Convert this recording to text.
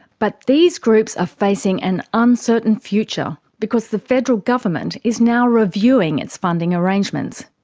but these groups are facing an uncertain future because the federal government is now reviewing its funding arrangements.